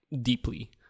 deeply